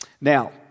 Now